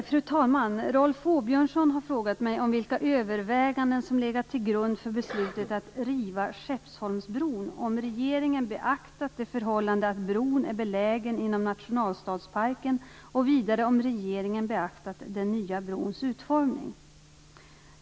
Fru talman! Rolf Åbjörnsson har frågat mig om vilka överväganden som legat till grund för beslutet att riva Skeppsholmsbron, om regeringen beaktat det förhållande att bron är belägen inom nationalstadsparken och vidare om regeringen beaktat den nya brons utformning.